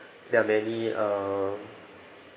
there are many uh